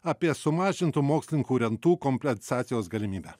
apie sumažintų mokslininkų rentų komplencacijos galimybę